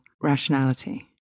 rationality